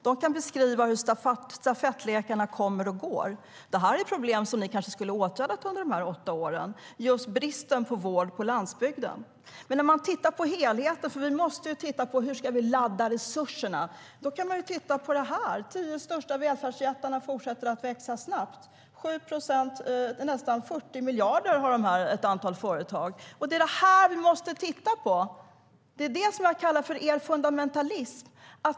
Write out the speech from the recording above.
De kan beskriva hur stafettläkarna kommer och går. Det är vad vi måste titta på. Det är vad jag kallar för er fundamentalism.